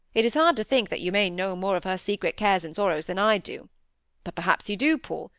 it is hard to think that you may know more of her secret cares and sorrows than i do but perhaps you do, paul,